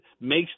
makes